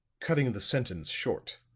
cutting the sentence short.